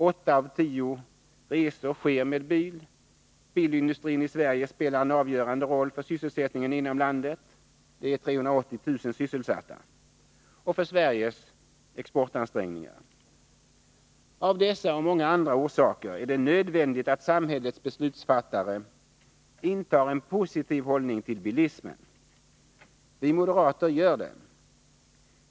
Åtta av tio resor sker med bil. Bilindustrin i Sverige spelar en avgörande roll för sysselsättningen inom landet — den ger arbete åt 380 000 personer — och för Sveriges exportansträngningar. Av dessa och många andra orsaker är det nödvändigt att samhällets beslutsfattare intar en positiv hållning till bilismen. Vi moderater gör det.